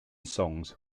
songs